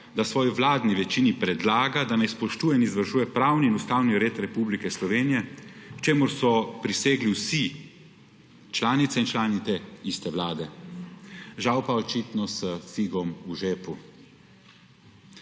da svoji vladni večini predlaga, da naj spoštuje in izvršuje pravni in ustavni red Republike Slovenije - k čemur so prisegli vsi članice in člani te iste vlade, žal pa očitno s figo v žepu.